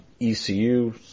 ECU